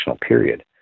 period